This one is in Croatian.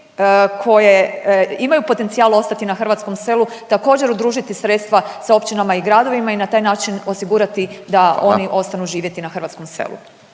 koje imaju potencijal ostati na hrvatskom selu također, udružiti sredstva sa općinama i gradovima i na taj način osigurati da oni … .../Upadica: Hvala./... ostanu živjeti na hrvatskom selu?